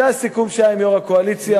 זה הסיכום שהיה עם יו"ר הקואליציה.